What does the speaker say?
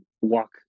walk